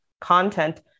content